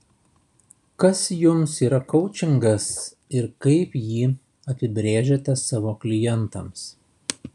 kas jums yra koučingas ir kaip jį apibrėžiate savo klientams